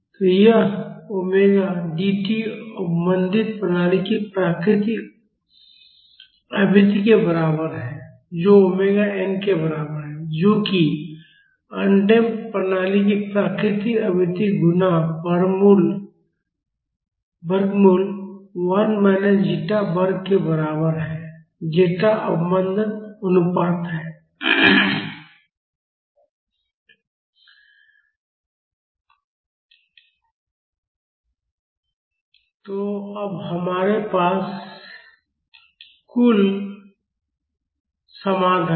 तो यह omega D अवमंदित प्रणाली की प्राकृतिक आवृत्ति के बराबर है जो ओमेगा n के बराबर है जो कि अडम्प्ड प्रणाली की प्राकृतिक आवृत्ति गुणा वर्गमूल 1 minus zeta वर्ग के बराबर है zeta अवमंदन अनुपात है A cost B st C st D cost तो अब हमारे पास कुल समाधान है